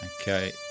Okay